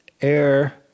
air